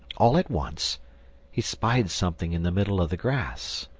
all at once he spied something in the middle of the grass.